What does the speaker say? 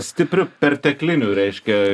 stipriu pertekliniu reiškia